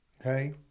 okay